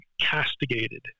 castigated